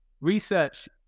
research